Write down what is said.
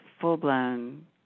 full-blown